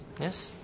Yes